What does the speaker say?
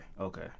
okay